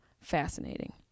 fascinating